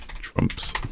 trumps